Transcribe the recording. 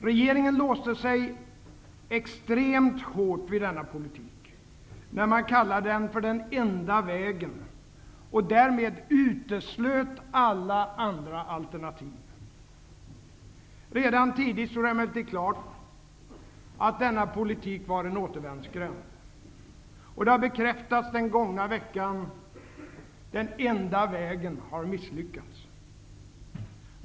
Regeringen låste sig extremt hårt vid denna politik, när man kallade den för den enda vägen och därmed uteslöt alla andra alternativ. Redan tidigt stod det emellertid klart att denna politik var en återvändsgränd, och det har bekräftats den gångna veckan. Den enda vägen har misslyckats.